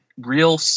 real